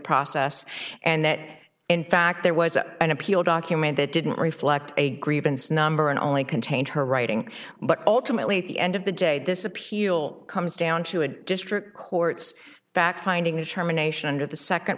process and that in fact there was an appeal document that didn't reflect a grievance number and only contained her writing but ultimately at the end of the day this appeal comes down to a district court's fact finding the sherman nation under the second